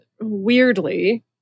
weirdly